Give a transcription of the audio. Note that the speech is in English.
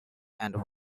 and